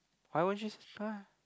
why won't just